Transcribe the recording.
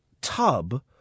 tub